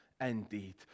indeed